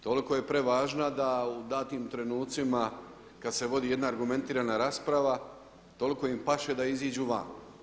Toliko je prevažna da u datim trenucima kad se vodi jedna argumentirana rasprava samo im paše da iziđu van.